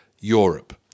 Europe